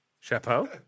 Chapeau